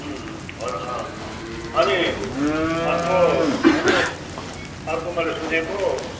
हजुर अनि अर्को अर्को अर्को मैले सुनेको